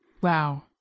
Wow